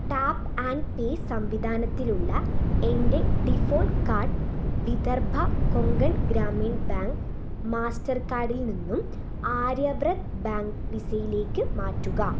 tap and pay സംവിധാനത്തിലുള്ള എൻ്റെ default card Vidarbha Konkan Gramin bank മാസ്റ്റർകാർഡിൽ നിന്നും ആര്യവ്രത് ബാങ്ക് വിസയിലേക്ക് മാറ്റുക